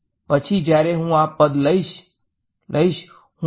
પછી જ્યારે હું આ પદ લઈશ હું